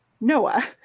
Noah